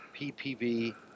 PPV